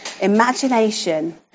imagination